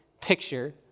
picture